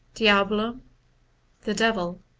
diabolum the devil.